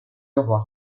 leroy